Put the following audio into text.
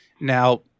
Now